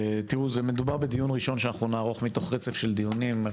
מדובר בדיון ראשון, מתוך רצף דיונים, שנערוך.